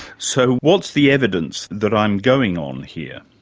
so what's the evidence that i'm going on here?